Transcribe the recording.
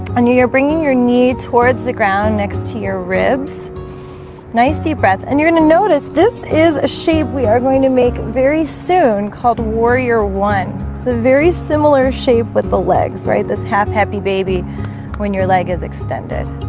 knew you're bringing your knee towards the ground next to your ribs nice deep breath and you're gonna notice. this is a shape. we are going to make very soon called warrior one it's a very similar shape with the legs right this half happy, baby when your leg is extended?